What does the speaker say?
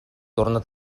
torna